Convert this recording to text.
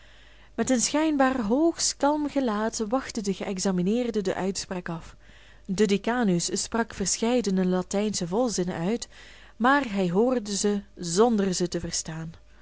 met een schijnbaar hoogst kalm gelaat wachtte de geëxamineerde de uitspraak af de decanus sprak verscheidene latijnsche volzinnen uit maar hij hoorde ze zonder ze te verstaan